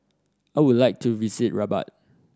I would like to visit Rabat